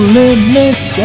limits